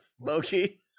loki